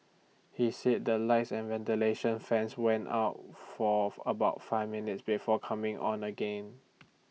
he said the lights and ventilation fans went out for about five minutes before coming on again